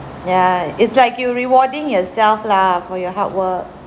ya it's like you rewarding yourself lah for your hard work